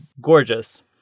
Gorgeous